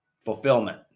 fulfillment